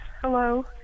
hello